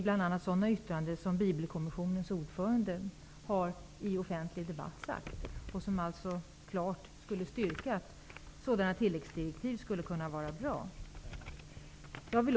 Bl.a. sådana yttranden har kommissionens ordförande fällt i den offentliga debatten. Det styrker att tilläggsdirektiv vore bra.